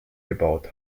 gebaut